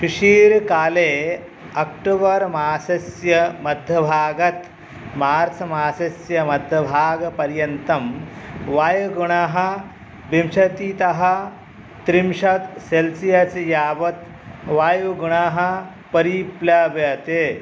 शिशीरकाले October मासस्य मध्यभागात् March मासस्य मध्यभागपर्यन्तं वायुगुणाः विंशतितः त्रिंशत् सेल्सियस् यावत् वायुगुणाः परिप्लवते